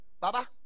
Baba